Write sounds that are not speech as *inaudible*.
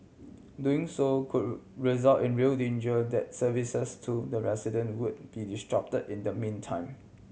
doing so could *unintelligible* result in real danger that services to the resident would be disrupt in the meantime